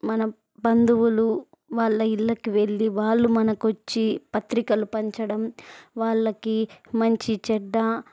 మన బంధువులు వాళ్ళ ఇళ్ళకి వెళ్ళి వాళ్ళు మనకొచ్చి పత్రికలు పంచడం వాళ్ళకి మంచి చెడు